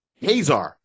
Hazar